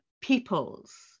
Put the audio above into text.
people's